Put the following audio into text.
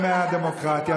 זה חלק מהדמוקרטיה,